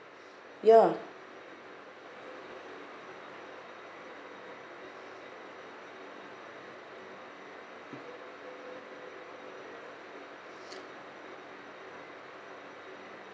ya